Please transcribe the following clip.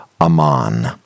aman